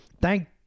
thank